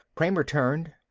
kramer turned.